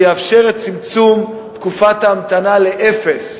שיאפשר את צמצום תקופת ההמתנה לאפס.